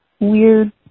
weird